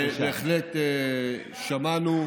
בהחלט שמענו,